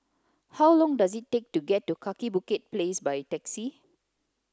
how long does it take to get to Kaki Bukit Place by taxi